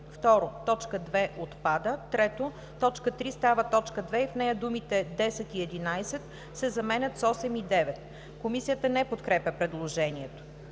2 – отпада; 3. т. 3 става т. 2 и в нея думите „10 и 11“ се заменят с „8 и 9“.“ Комисията не подкрепя предложението.